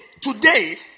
today